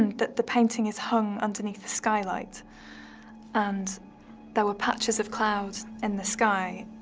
that the painting is hung underneath a skylight and there were patches of cloud in the sky.